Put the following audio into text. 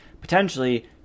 potentially